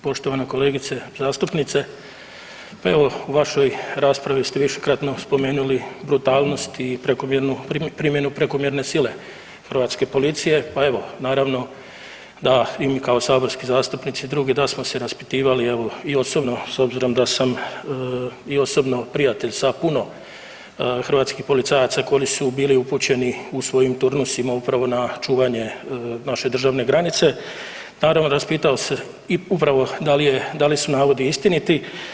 Poštovana kolegice zastupnice, pa evo u vašoj raspravi ste višekratno spomenuli brutalnost i prekomjernu primjenu prekomjerne sile hrvatske policije, pa evo naravno da i mi kao saborski zastupnici drugi da smo se raspitivali evo i osobno s obzirom da sam i osobno prijatelj sa puno hrvatskih policajaca koji su bili upućeni u svojim turnusima upravo na čuvanje naše državne granice, naravno raspitao se i upravo da li su navodi istiniti.